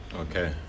Okay